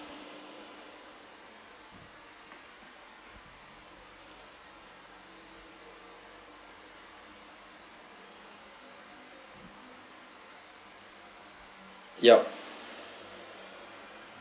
yup